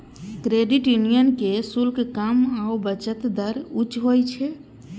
credit union के शुल्क कम आ बचत दर उच्च होइ छै